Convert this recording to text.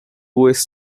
west